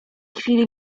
chwili